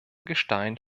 gestein